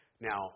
Now